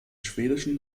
schwedischen